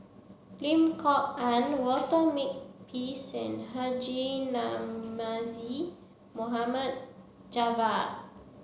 Lim Kok Ann Walter Makepeace Haji Namazie Mohamed Javad